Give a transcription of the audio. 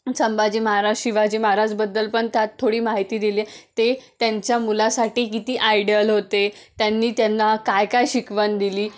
संभाजी महाराज शिवाजी महाराजबद्दल पण त्यात थोडी माहिती दिली ते त्यांच्या मुलासाठी किती आयडियल होते त्यांनी त्यांना काय काय शिकवण दिली